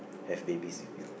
have babies with you